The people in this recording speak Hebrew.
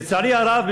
לצערי הרב,